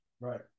Right